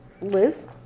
Liz